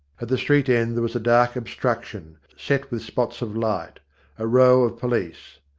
at the street end there was a dark obstruction, set with spots of light a row of police.